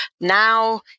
Now